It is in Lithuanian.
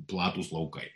platūs laukai